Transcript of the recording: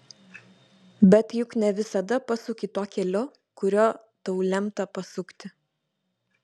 bet juk ne visada pasuki tuo keliu kuriuo tau lemta pasukti